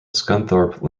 scunthorpe